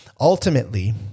ultimately